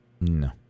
No